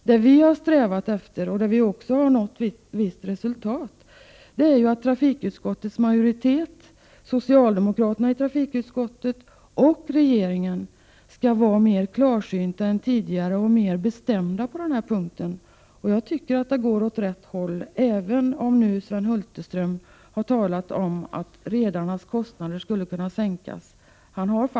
Det vi har strävat efter, och också nått visst resultat i, är att trafikutskottets majoritet, socialdemokraterna i trafikutskottet och regeringen skall vara mer klarsynta än tidigare, mer bestämda på